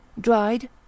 Dried